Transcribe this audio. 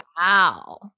wow